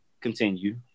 continue